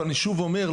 ואני שוב אומר,